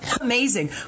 amazing